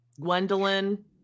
Gwendolyn